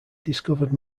discovered